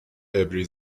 عبری